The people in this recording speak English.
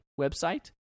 website